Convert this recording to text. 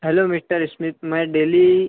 hello mister Smith مین daily